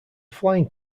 flying